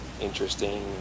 interesting